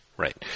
Right